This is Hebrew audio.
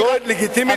לגיטימית.